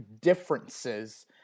differences